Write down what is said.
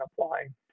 applying